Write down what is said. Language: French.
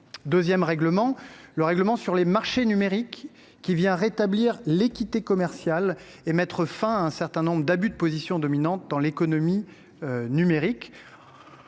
deuxième règlement, le règlement sur les marchés numériques, le (DMA), a pour objet de rétablir l’équité commerciale et de mettre fin à un certain nombre d’abus de position dominante dans l’économie numérique.